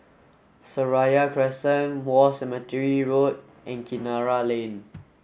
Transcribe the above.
Seraya Crescent War Cemetery Road and Kinara Lane